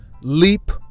leap